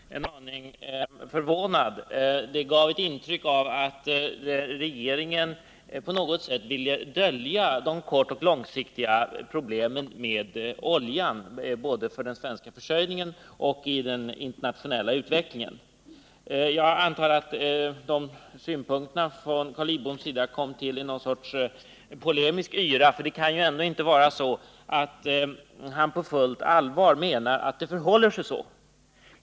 Herr talman! I debatten har frågor tagits upp som direkt berör mitt ansvarsområde, och jag tycker därför det är lämpligt att utnyttja den här tidpunkten för att något kommentera vad som sagts. Jag måste säga att när jag hörde Carl Lidboms första inlägg blev jag en aning förvånad. Det gav intryck av att regeringen på något sätt skulle vilja dölja de kortoch långsiktiga problemen med oljan, både beträffande den svenska försörjningen och beträffande den internationella utvecklingen. Jag antar att de synpunkterna från Carl Lidboms sida kom till i någon sorts polemisk yra, för han kan ju ändå inte på fullt allvar mena att det förhåller sig så.